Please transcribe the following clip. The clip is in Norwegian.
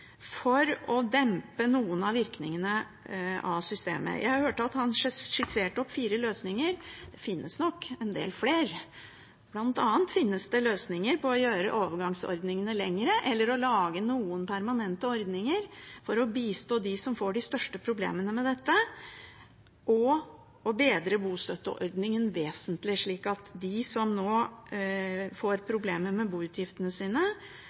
for å dempe noen av virkningene av systemet. Jeg hørte at han skisserte fire løsninger. Det finnes nok en del flere, bl.a. finnes det løsninger for å gjøre overgangsordningene lengre, eller å lage noen permanente ordninger for å bistå dem som får de største problemene med dette, og å bedre bostøtteordningen vesentlig, slik at de som nå får problemer med boutgiftene sine,